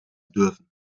dürfen